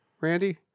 Randy